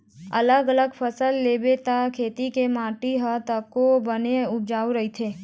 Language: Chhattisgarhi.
अलग अलग फसल लेबे त खेत के माटी ह तको बने उपजऊ रहिथे